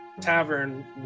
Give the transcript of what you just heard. tavern